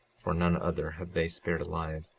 for none other have they spared alive.